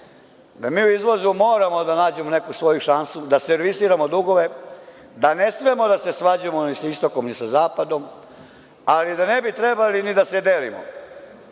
Da mi u izvozu moramo da nađemo neku svoju šansu da servisiramo dugove, da ne smemo da se svađamo ni sa istokom, ni sa zapadom, ali da ne bi trebali ni da se delimo,